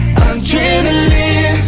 adrenaline